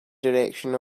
direction